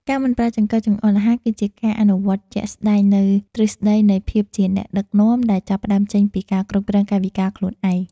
ការមិនប្រើចង្កឹះចង្អុលអាហារគឺជាការអនុវត្តជាក់ស្តែងនូវទ្រឹស្តីនៃភាពជាអ្នកដឹកនាំដែលចាប់ផ្តើមចេញពីការគ្រប់គ្រងកាយវិការខ្លួនឯង។